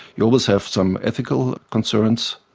you always have some ethical concerns,